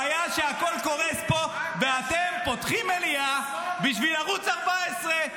הבעיה היא שהכול קורס פה ואתם פותחים מליאה בשביל ערוץ 14,